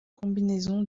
combinaison